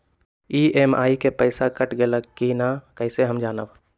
EMI के पईसा कट गेलक कि ना कइसे हम जानब?